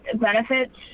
benefits